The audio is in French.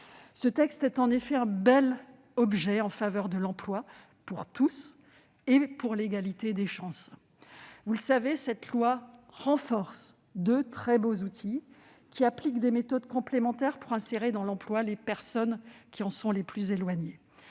Ce texte est, en effet, un bel objet en faveur de l'emploi pour tous et de l'égalité des chances. Vous le savez, il renforce deux très beaux outils, qui appliquent des méthodes complémentaires pour insérer dans l'emploi les personnes qui en sont les plus éloignées.